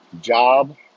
job